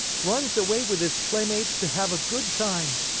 runs away with his playmates to have a good time.